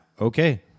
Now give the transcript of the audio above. okay